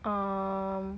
um